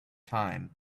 time